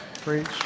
Preach